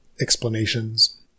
explanations